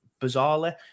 bizarrely